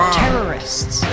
terrorists